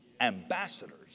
ambassadors